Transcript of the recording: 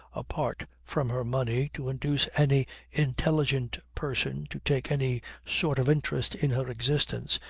apart from her money, to induce any intelligent person to take any sort of interest in her existence,